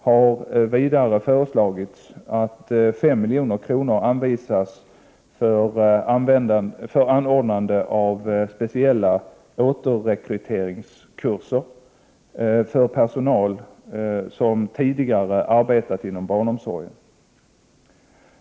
7) har vidare föreslagits att 5 milj.kr. anvisas för anordnande av speciella återrekryteringskurser för personal som tidigare arbetat inom barnomsorgen.